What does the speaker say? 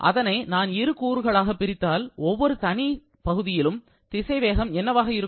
அதனை நான் இரு கூறுகளாகப் பிரித்தால் ஒவ்வொரு தனி பகுதியிலும் திசைவேகம் என்னவாக இருக்கும்